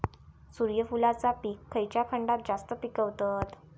सूर्यफूलाचा पीक खयच्या खंडात जास्त पिकवतत?